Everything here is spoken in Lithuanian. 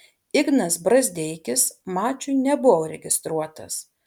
ignas brazdeikis mačui nebuvo registruotas